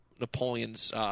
Napoleon's –